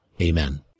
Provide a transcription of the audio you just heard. Amen